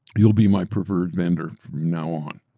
you'll be my preferred vendor from now on.